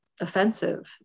offensive